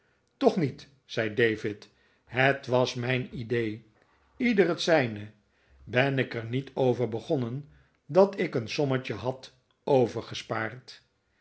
toch niet zei david het was mijn idee ieder het zijne ben ik er niet over begonnen dat ik een sommetje had